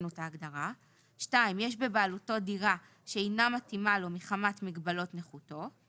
יש בבעלותו דירה שאינה מתאימה לו מחמת מגבלות נכותו,